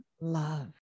love